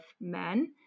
men